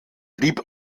blieb